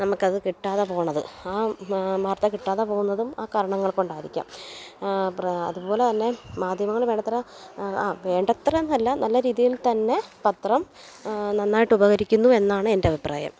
നമുക്കത് കിട്ടാതെ പോവണത് ആ വാർത്ത കിട്ടാതെ പോകുന്നതും ആ കാരണങ്ങൾ കൊണ്ടായിരിക്കാം അതുപോലെത്തന്നെ മാധ്യമങ്ങൾ വേണ്ടത്ര വേണ്ടത്രയെന്നെല്ല നല്ല രീതിയിൽത്തന്നെ പത്രം നന്നായിട്ട് ഉപകരിക്കുന്നു എന്നാണ് എൻ്റെ അഭിപ്രായം